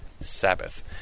Sabbath